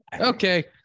Okay